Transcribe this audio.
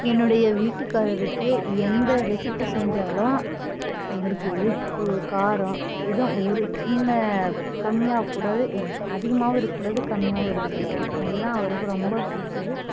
என்னுடைய வீட்டுக்காரருக்கு எந்த ரெசிப்பி செஞ்சாலும் அவருக்கு உப்பு காரம் எதுவும் ஒரு சின்ன கம்மியாகக் கூடாது அதிகமாகவும் இருக்கக் கூடாது கம்மியாகவும் இருக்கக் கூடாது அது தான் அவருக்கு ரொம்ப பிடிச்சது